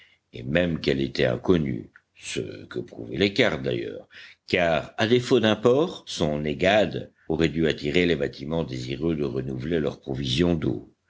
et même qu'elle était inconnue ce que prouvaient les cartes d'ailleurs car à défaut d'un port son aiguade aurait dû attirer les bâtiments désireux de renouveler leur provision d'eau